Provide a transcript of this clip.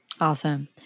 Awesome